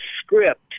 script